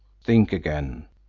think again!